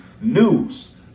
news